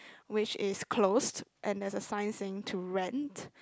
which is closed and there's a sign saying to rent